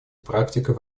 практикой